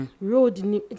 road